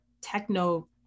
techno